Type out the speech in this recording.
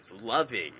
loving